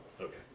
Okay